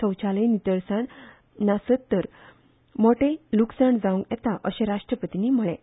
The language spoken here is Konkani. शौचालय नितळसाण नासत तर मोटे लुकसाण जावंक येता अशें राष्ट्रपतीनी म्हळें